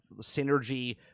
synergy